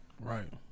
Right